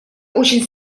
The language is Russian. очень